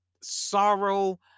sorrow